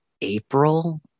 April